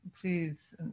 Please